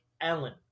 Ellen